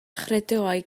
chredoau